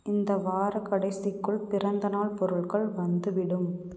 இந்த வாரக் கடைசிக்குள் பிறந்தநாள் பொருட்கள் வந்துவிடும்